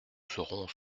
serons